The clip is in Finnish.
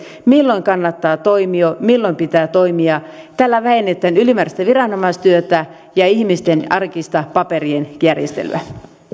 milloin kannattaa toimia milloin pitää toimia tällä vähennetään ylimääräistä viranomaistyötä ja ihmisten arkista paperien järjestelyä